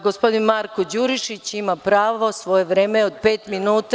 Gospodin Marko Đurišić ima pravo i svoje vreme od pet minuta.